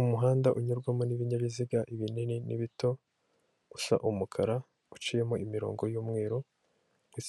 Umuhanda unyurwamo n'ibinyabiziga bininini n'bito, usa n'umukara uciyemo imirongo y'umweru.